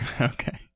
Okay